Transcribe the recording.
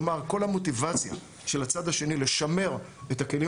כלומר: כל המוטיבציה של הצד השני לשמר את הכלים